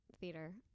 theater